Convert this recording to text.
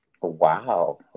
Wow